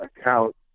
account